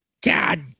God